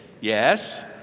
yes